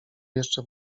jeszcze